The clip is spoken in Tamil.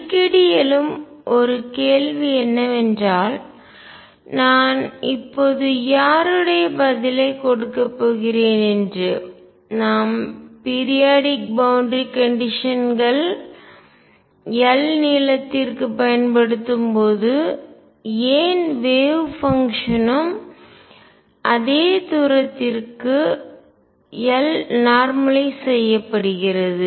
அடிக்கடி எழும் ஒரு கேள்வி என்னவென்றால் நான் இப்போது யாருடைய பதிலைக் கொடுக்கப் போகிறேன் என்று நாம் பீரியாடிக் பவுண்டரி கண்டிஷன்கள் எல்லை நிபந்தனை l நீளத்திற்கு பயன்படுத்தப்படும்போது ஏன் வேவ் பங்ஷன் ம் அலை செயல்பாடு அதே தூரத்திற்கு l நார்மலய்ஸ் செய்யப்படுகிறது